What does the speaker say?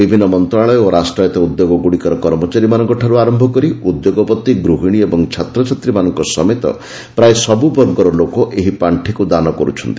ବିଭିନ୍ନ ମନ୍ତ୍ରଣାଳୟ ଓ ରାଷ୍ଟ୍ରାୟତ୍ତ ଉଦ୍ୟୋଗଗୁଡ଼ିକର କର୍ମଚାରୀମାନଙ୍କଠାରୁ ଆରମ୍ଭ କରି ଉଦ୍ୟୋଗପତି ଗୃହିଣୀ ଓ ଛାତ୍ରଛାତ୍ରୀମାନଙ୍କ ସମେତ ପ୍ରାୟ ସବୁ ବର୍ଗର ଲୋକ ଏହି ପାଖିକୁ ଦାନ କରୁଛନ୍ତି